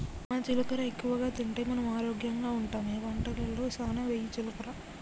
యమ్మ జీలకర్ర ఎక్కువగా తింటే మనం ఆరోగ్యంగా ఉంటామె వంటలలో సానా వెయ్యి జీలకర్ర